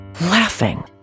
laughing